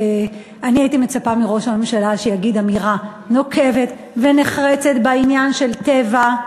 אני הייתי מצפה מראש הממשלה שיגיד אמירה נוקבת ונחרצת בעניין של "טבע",